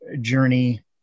journey